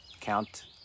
count